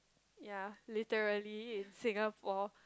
ya literally it's Singapore